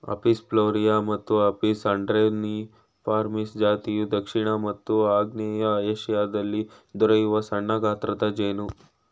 Apis florea ಮತ್ತು Apis andreniformis ಜಾತಿಯು ದಕ್ಷಿಣ ಮತ್ತು ಆಗ್ನೇಯ ಏಶಿಯಾದಲ್ಲಿ ದೊರೆಯುವ ಸಣ್ಣಗಾತ್ರದ ಜೇನು